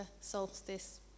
solstice